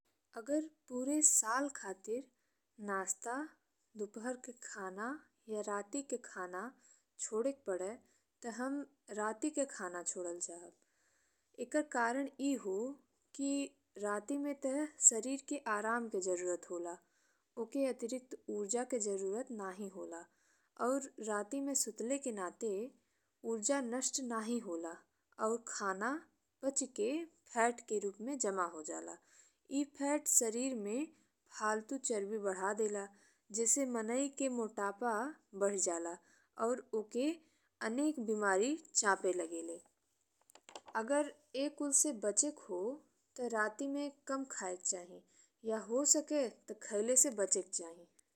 अगर पूरे साल खातिर नास्ता, दुपहर के खाना या राति के खाना छोड़े के पड़े ते हम राति के खाना छोड़ल चाहब। एकर कारण ई हो कि राति में ते सरीर के आराम के जरूरत होला, ओकर अतिरिक्त ऊर्जा के जरूरत नहीं होला और राति में सुतले के नाते ऊर्जा नष्ट नहीं होला। और खाना पची के फैट के रूप में जमा हो जाला। ए फैट सरीर में फालतू चरबी बढ़ा देला जेसे मनई के मोटापा बढ़ी जाला और ओकर अनेक बिमारी चापे लगेले। अगर ई कुल से बचेक हो ते राति में कम खाएक चाही या हो सके ते खाएले से बचेके चाही।